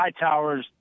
Hightowers